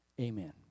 amen